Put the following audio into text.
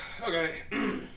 Okay